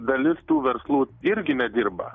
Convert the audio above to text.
dalis tų verslų irgi nedirba